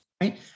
right